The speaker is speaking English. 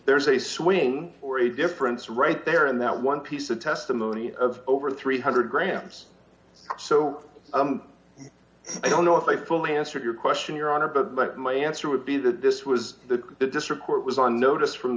there's a swing or a difference right there in that one piece of testimony of over three hundred grams so i don't know if they fully answered your question your honor but but my answer would be that this was the district court was on notice from